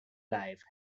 life